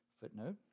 Footnote